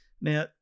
now